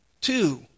Two